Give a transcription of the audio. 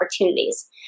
opportunities